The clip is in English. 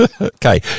Okay